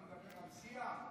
אתה מדבר על שיח?